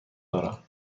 دارم